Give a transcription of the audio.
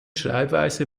schreibweise